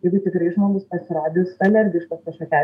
jeigu tikrai žmogus pasirodys alergiškas kažkokiai